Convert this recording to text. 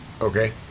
Okay